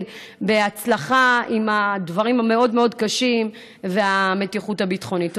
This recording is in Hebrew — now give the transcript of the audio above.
בהצלחה עם הדברים המאוד-מאוד קשים והמתיחות הביטחונית.